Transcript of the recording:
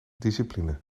discipline